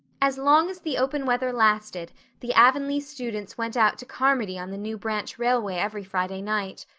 as long as the open weather lasted the avonlea students went out to carmody on the new branch railway every friday night.